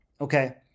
Okay